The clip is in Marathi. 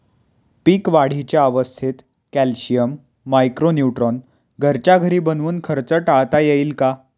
पीक वाढीच्या अवस्थेत कॅल्शियम, मायक्रो न्यूट्रॉन घरच्या घरी बनवून खर्च टाळता येईल का?